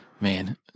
Man